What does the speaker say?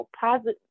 positive